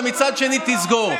ומצד שני תסגור.